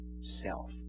self